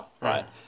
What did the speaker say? right